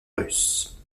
russes